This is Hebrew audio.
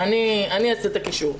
אני אעשה את הקישור.